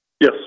Yes